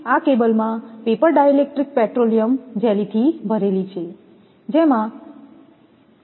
તેથી આ કેબલમાં પેપર ડાઇલેક્ટ્રિક પેટ્રોલિયમ જેલીથી ભરેલી છે જેથી તેમાં કોઈ મુક્ત સંયોજન ન હોય